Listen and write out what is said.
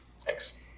Thanks